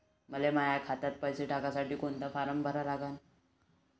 मले माह्या खात्यात पैसे टाकासाठी कोंता फारम भरा लागन?